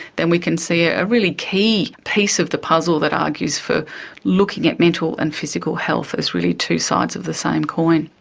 then we can see a really key piece of the puzzle that argues for looking at mental and physical health as really two sides of the same coin.